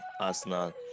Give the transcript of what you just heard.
Arsenal